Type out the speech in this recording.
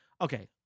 Okay